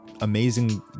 amazing